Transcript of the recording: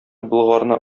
болгарны